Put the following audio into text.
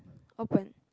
open